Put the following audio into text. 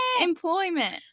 Employment